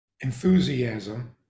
Enthusiasm